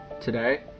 Today